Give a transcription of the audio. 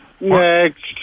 Next